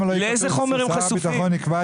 לאיזה חומר הם חשופים?